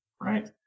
right